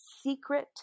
Secret